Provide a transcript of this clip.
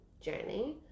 journey